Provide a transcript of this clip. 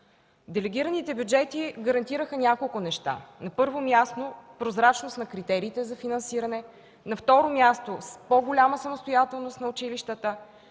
Делегираните бюджети гарантираха няколко неща. На първо място, прозрачност на критериите за финансиране. На второ място, по-голяма самостоятелност на училищата.